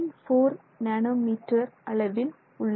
4 nanometre அளவில் உள்ளது